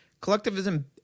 collectivism